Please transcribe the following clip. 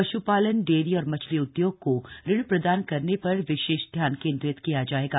पश्पालन डेरी और मछली उदयोग को ऋण प्रदान करने पर विशेष ध्यान केन्द्रित किया जायेगा